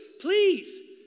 Please